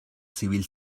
civil